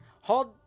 Hold